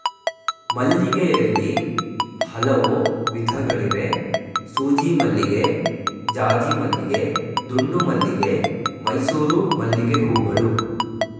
ಮಲ್ಲಿಗೆಯಲ್ಲಿ ಹಲವು ವಿಧಗಳಿವೆ ಸೂಜಿಮಲ್ಲಿಗೆ ಜಾಜಿಮಲ್ಲಿಗೆ ದುಂಡುಮಲ್ಲಿಗೆ ಮೈಸೂರು ಮಲ್ಲಿಗೆಹೂಗಳು